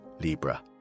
Libra